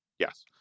Yes